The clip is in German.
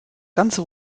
ganze